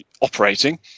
operating